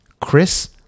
Chris